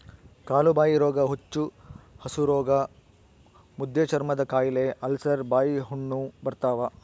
ಕಾಲುಬಾಯಿರೋಗ ಹುಚ್ಚುಹಸುರೋಗ ಮುದ್ದೆಚರ್ಮದಕಾಯಿಲೆ ಅಲ್ಸರ್ ಬಾಯಿಹುಣ್ಣು ಬರ್ತಾವ